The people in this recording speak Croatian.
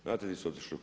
Znate di su otišli?